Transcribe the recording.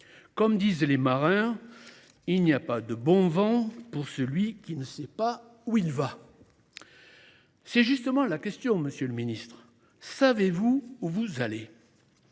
Comme disent les marins, « il n’est pas de vent favorable pour celui qui ne sait où il va ». Et c’est justement la question, monsieur le ministre : savez vous où vous allez ?